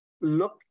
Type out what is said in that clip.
look